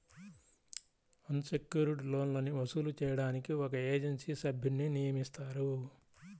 అన్ secured లోన్లని వసూలు చేయడానికి ఒక ఏజెన్సీ సభ్యున్ని నియమిస్తారు